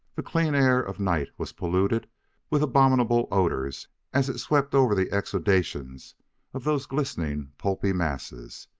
the clean air of night was polluted with abominable odors as it swept over the exudations of those glistening, pulpy masses.